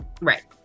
Right